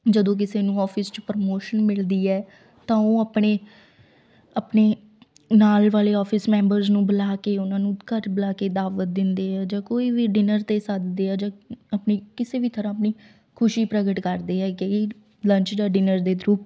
ਜਦੋਂ ਕਿਸੇ ਨੂੰ ਔਫਿਸ 'ਚ ਪ੍ਰਮੋਸ਼ਨ ਮਿਲਦੀ ਹੈ ਤਾਂ ਉਹ ਆਪਣੇ ਆਪਣੇ ਨਾਲ਼ ਵਾਲ਼ੇ ਔਫਿਸ ਮੈਂਬਰਜ਼ ਨੂੰ ਬੁਲਾ ਕੇ ਉਹਨਾਂ ਨੂੰ ਘਰ ਬੁਲਾ ਕੇ ਦਾਵਤ ਦਿੰਦੇ ਆ ਜਾਂ ਕੋਈ ਵੀ ਡਿਨਰ 'ਤੇ ਸੱਦਦੇ ਆ ਜਾਂ ਆਪਣੀ ਕਿਸੇ ਵੀ ਤਰ੍ਹਾਂ ਆਪਣੀ ਖੁਸ਼ੀ ਪ੍ਰਗਟ ਕਰਦੇ ਆ ਕਈ ਲੰਚ ਜਾਂ ਡਿਨਰ ਦੇ ਥਰੂ